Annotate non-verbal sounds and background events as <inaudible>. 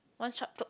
one shot <noise>